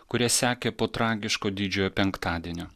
kurie sekė po tragiško didžiojo penktadienio